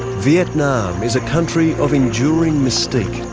vietnam is a country of enduring mystique,